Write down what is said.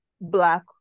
black